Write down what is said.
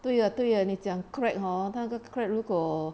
对啊对啊你讲 crack hor 那个 crack 如果